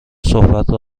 صحبتم